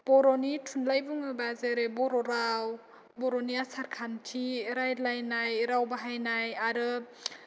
बर'नि थुनलाइ बुङोबा जेरै बर' राव बर'नि आसार खान्थि रायलायनाय राव बाहायनाय आरो